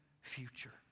future